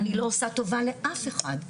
אני לא עושה טובה לאף אחד.